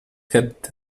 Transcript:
had